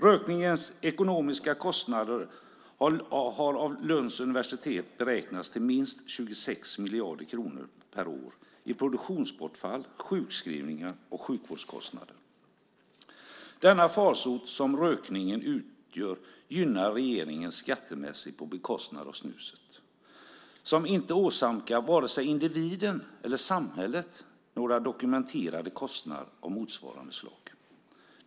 Rökningens ekonomiska kostnader har av Lunds universitet beräknats till minst 26 miljarder kronor per år i produktionsbortfall, sjukskrivningar och sjukvårdskostnader. Den farsot som rökningen utgör gynnar regeringen skattemässigt på bekostnad av snuset som inte åsamkar vare sig individen eller samhället några dokumenterade kostnader av motsvarande slag.